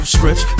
Stretch